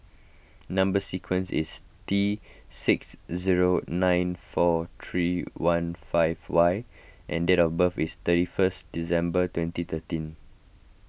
Number Sequence is T six zero nine four three one five Y and date of birth is thirty first December twenty thirteen